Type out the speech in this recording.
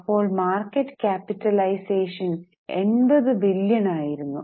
അപ്പോൾ മാർക്കറ്റ് ക്യാപിറ്റലൈസേഷന് 80 ബില്യൺ ആയിരുന്നു